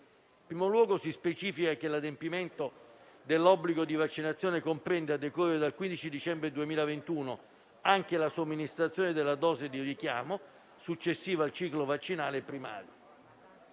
In primo luogo si specifica che l'adempimento dell'obbligo di vaccinazione comprende, a decorrere dal 15 dicembre 2021, anche la somministrazione della dose di richiamo, successiva al ciclo vaccinale primario.